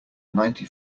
ninety